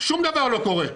ושום דבר לא קורה.